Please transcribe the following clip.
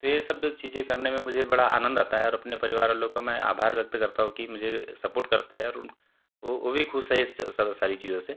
तो ये सब जो चीज़ें करने में मुझे बड़ा आनंद आता है और अपने परिवार वालों का मैं आभार व्यक्त करता हू कि मैं मुझे सपोर्ट करते हैं और उन ओ वी खुश हैं इस सारी चीज़ों से